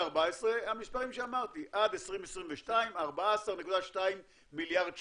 המספרים שאמרתי, עד 2022 14.2 מיליארד שקל.